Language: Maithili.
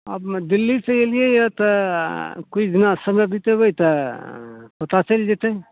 आब दिल्लीसे अएलिए यऽ तऽ किछु दिना समय बितेबै तऽ पता चलि जएतै